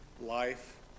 life